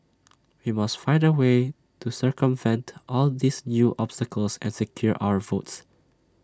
we must find A way to circumvent all these new obstacles and secure our votes